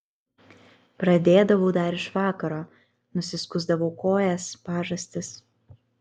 pradėdavau dar iš vakaro nusiskusdavau kojas pažastis